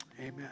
amen